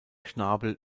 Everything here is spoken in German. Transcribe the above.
schnabel